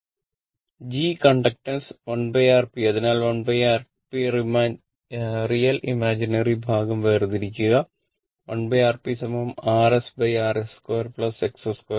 g conductance വേർതിരിക്കുക 1RpRs Rs 2 Xs 2